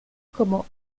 como